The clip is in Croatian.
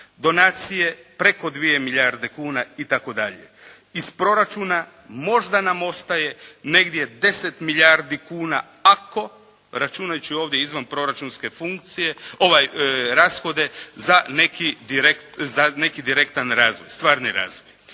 Donacije preko 2 milijarde kuna, itd. Iz proračuna možda nam ostaje negdje 10 milijardi kuna, ako računajući ovdje izvanproračunske funkcije, rashode za neki direktni, za neki direktan razvoj, stvarni razvoj,